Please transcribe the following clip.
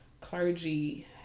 clergy